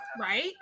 Right